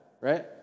Right